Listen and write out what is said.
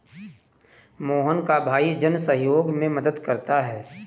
मोहन का भाई जन सहयोग में मदद करता है